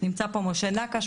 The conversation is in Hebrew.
נמצא פה גם משה נקש,